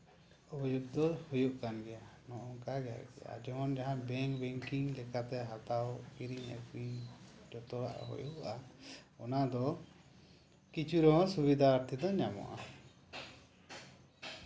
ᱦᱩᱭ ᱫᱚ ᱦᱩᱭᱩᱜ ᱠᱟᱱ ᱜᱮᱭᱟ ᱚᱱᱠᱟ ᱜᱮ ᱟᱨᱠᱤ ᱡᱮᱢᱚᱱ ᱡᱟᱦᱟᱸ ᱵᱮᱝ ᱵᱮᱝᱠᱤᱝ ᱞᱮᱠᱟᱛᱮ ᱦᱟᱛᱟᱣ ᱠᱤᱨᱤᱧ ᱟᱹᱠᱷᱨᱤᱧ ᱡᱚᱛᱚᱣᱟᱜ ᱦᱩᱭᱩᱜᱼᱟ ᱚᱱᱟ ᱫᱚ ᱠᱤᱪᱷᱩ ᱨᱮᱦᱚᱸ ᱥᱩᱵᱤᱫᱟ ᱫᱚᱨ ᱛᱮᱫᱚ ᱧᱟᱢᱚᱜᱼᱟ